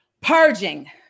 Purging